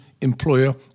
employer